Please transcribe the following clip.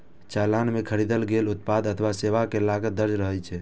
चालान मे खरीदल गेल उत्पाद अथवा सेवा के लागत दर्ज रहै छै